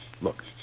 look